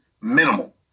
minimal